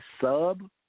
sub